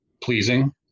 pleasing